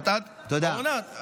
אורנה,